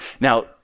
Now